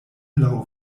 laŭ